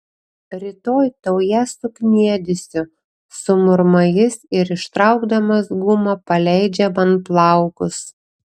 rytoj tau ją sukniedysiu sumurma jis ir ištraukdamas gumą paleidžia man plaukus